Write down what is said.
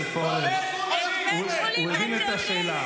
חבר הכנסת פורר, הוא הבין את השאלה.